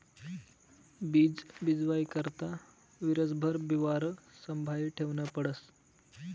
बीज बीजवाई करता वरीसभर बिवारं संभायी ठेवनं पडस